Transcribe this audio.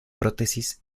prótesis